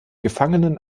gefangenen